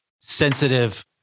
sensitive